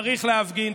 צריך להפגין.